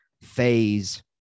phase